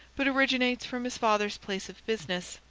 but originates from his father's place of business.